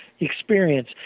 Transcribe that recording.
experience